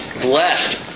Blessed